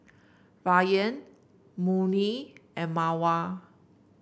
Rayyan Murni and Mawar